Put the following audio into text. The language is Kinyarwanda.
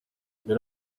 mbere